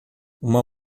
uma